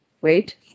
wait